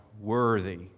worthy